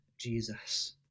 Jesus